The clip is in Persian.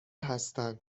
هستن